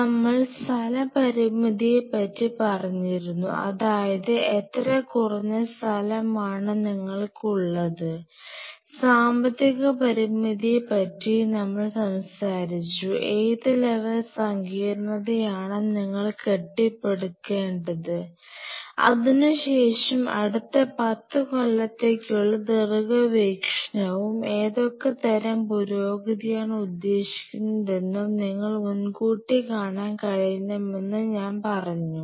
നമ്മൾ സ്ഥലപരിമിതിയെ പറ്റി പറഞ്ഞിരുന്നു അതായത് എത്ര കുറഞ്ഞ സ്ഥലമാണ് നിങ്ങൾക്ക് ഉള്ളത് സാമ്പത്തിക പരിമിതിയെ പറ്റിയും നമ്മൾ സംസാരിച്ചു ഏത് ലെവൽ സങ്കീർണതയാണ് നിങ്ങൾ കെട്ടിപ്പടുക്കേണ്ടത് അതിനുശേഷം അടുത്ത 10 കൊല്ലത്തേക്കുള്ള ദീർഘവീക്ഷണവും ഏതൊക്കെ തരം പുരോഗതിയാണ് ഉദ്ദേശിക്കുന്നതെന്നും നിങ്ങൾക്ക് മുൻകൂട്ടി കാണാൻ കഴിയണമെന്ന് ഞാൻ പറഞ്ഞു